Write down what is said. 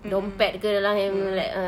mm mm mm mm